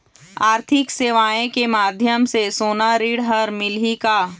आरथिक सेवाएँ के माध्यम से सोना ऋण हर मिलही का?